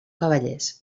cavallers